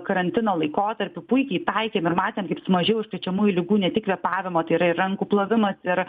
karantino laikotarpiu puikiai taikėm ir matėm kaip sumažėjo užkrečiamųjų ligų ne tik kvėpavimo tai yra rankų plovimas ir